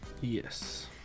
yes